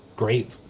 great